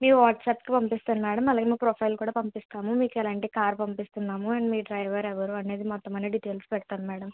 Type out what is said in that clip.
మీ వాట్సాప్కి పంపిస్తాను మేడం అలాగే మా ప్రొఫైల్ కూడా పంపిస్తాము మీకు ఎలాంటి కార్ పంపిస్తున్నాము అండ్ మీ డ్రైవర్ ఎవరు అనేది మొత్తం అన్నీ డీటైల్స్ పెడతాను మేడం